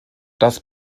das